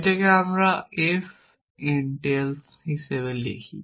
যেটিকে আমরা f entails হিসাবে লিখি